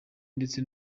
ndetse